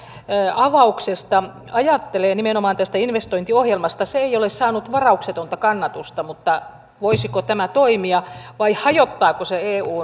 avauksesta ajattelee nimenomaan tästä investointiohjelmasta se ei ole saanut varauksetonta kannatusta mutta voisiko tämä toimia vai hajottaako se